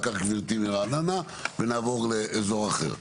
כך גברתי לרעננה ונעבור לאזור אחר.